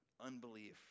unbelief